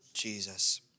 Jesus